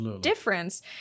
difference